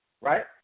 right